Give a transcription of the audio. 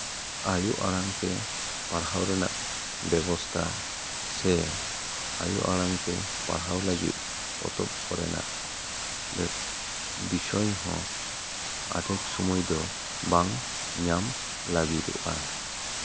ᱟᱹᱭᱩ ᱟᱲᱟᱝ ᱛᱮ ᱯᱟᱲᱦᱟᱣ ᱨᱮᱱᱟᱜ ᱵᱮᱵᱚᱥᱛᱷᱟ ᱥᱮ ᱟᱹᱭᱩ ᱟᱲᱟᱝ ᱛᱮ ᱯᱟᱲᱦᱟᱣ ᱞᱟᱹᱜᱤᱫ ᱯᱚᱛᱚᱵᱽ ᱠᱚᱨᱮᱱᱟᱜ ᱵᱤᱥᱚᱭ ᱦᱚᱸ ᱟᱫᱷᱮᱠ ᱥᱚᱢᱚᱭ ᱫᱚ ᱵᱟᱝ ᱧᱟᱢ ᱞᱟᱹᱜᱤᱫᱚᱜᱼᱟ